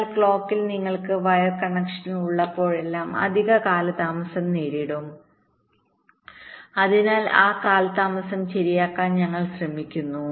എന്നാൽ ക്ലോക്കിൽ നിങ്ങൾക്ക് വയർ കണക്ഷൻ ഉള്ളപ്പോഴെല്ലാം അധിക കാലതാമസം നേരിടും അതിനാൽ ആ കാലതാമസം ശരിയാക്കാൻ ഞങ്ങൾ ശ്രമിക്കുന്നു